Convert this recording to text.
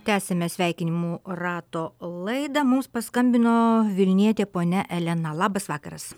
tęsiame sveikinimų rato laidą mums paskambino vilnietė ponia elena labas vakaras